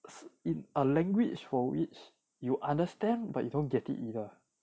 in a language for which you understand but you don't get it either